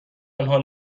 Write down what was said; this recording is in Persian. آنها